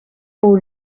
aux